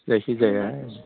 जायखिजाया